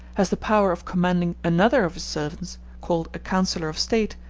has the power of commanding another of his servants, called a councillor of state,